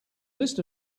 list